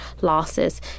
losses